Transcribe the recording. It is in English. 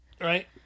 right